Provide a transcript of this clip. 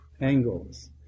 angles